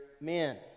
men